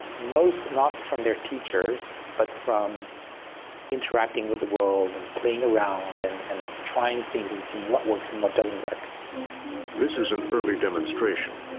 most not from their teachers, but from interacting with the world, and playing around, and, and trying things and seeing what works and what doesn't work. narrator this is an early demonstration.